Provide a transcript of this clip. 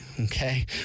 okay